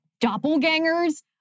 doppelgangers